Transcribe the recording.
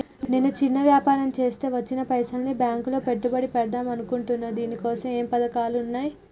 నేను చిన్న వ్యాపారం చేస్తా వచ్చిన పైసల్ని బ్యాంకులో పెట్టుబడి పెడదాం అనుకుంటున్నా దీనికోసం ఏమేం పథకాలు ఉన్నాయ్?